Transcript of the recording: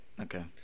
Okay